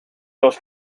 los